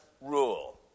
rule